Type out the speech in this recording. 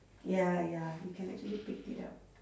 ya ya you can actually picked it up